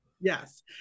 Yes